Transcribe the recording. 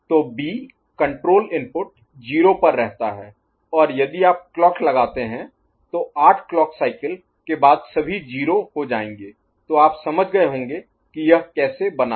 तो B control input 0 पर रहता है और यदि आप क्लॉक लगाते हैं तो आठ क्लॉक साइकिल के बाद सभी 0 हो जायेंगे तो आप समझ गए होंगे की यह कैसे बना है